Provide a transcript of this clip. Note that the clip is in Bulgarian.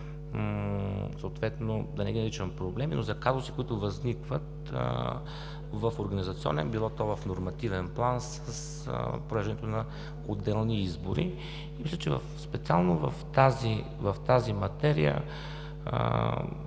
да не ги наричам проблеми, но за казуси, които възникват в организационен – било то в нормативен план с провеждането на отделни избори. Мисля, че специално в тази материя